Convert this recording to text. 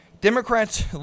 Democrats